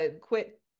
quit